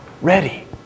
ready